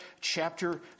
chapter